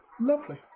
Lovely